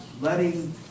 letting